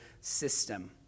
system